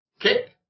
Okay